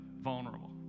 vulnerable